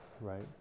right